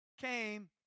came